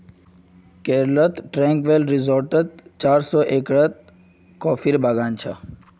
केरलत ट्रैंक्विल रिज़ॉर्टत चार सौ एकड़ ज़मीनेर पर कॉफीर बागान छ